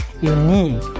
unique